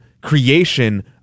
creation